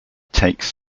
takes